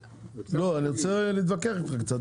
לא, אני רוצה להתווכח איתך קצת.